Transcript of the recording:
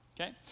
Okay